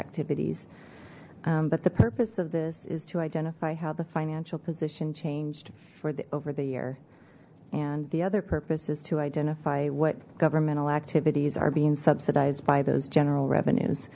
activities but the purpose of this is to identify how the financial position changed for the over the year and the other purpose is to identify what governmental activities are being subsidized by those general revenues